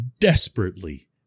desperately